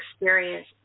experience